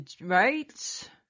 right